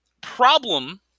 problem